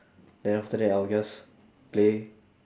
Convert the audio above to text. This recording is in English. then after that I'll just play